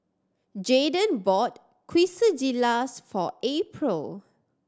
Jaeden bought Quesadillas for April